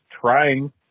trying